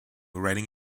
writing